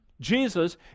Jesus